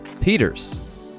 Peters